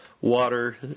water